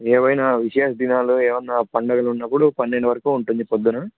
ఏమైనా విశేష దినాలు ఏమైన్నా పండుగలు ఉన్నప్పుడు పన్నెండు వరకు ఉంటుంది ప్రొద్దున